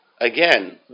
again